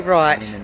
right